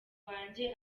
wanjye